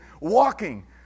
walking